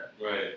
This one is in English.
right